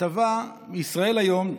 כתבה מישראל היום,